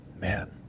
Man